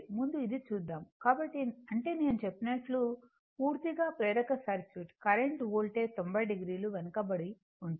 ముందు అది చూద్దాం కాబట్టి అంటే నేను చెప్పినట్లు పూర్తిగా ప్రేరక సర్క్యూట్ కరెంట్ వోల్టేజ్ 90 o వెనుకబడి ఉంటుంది